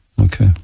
Okay